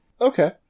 Okay